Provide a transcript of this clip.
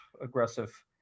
aggressive